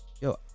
Yo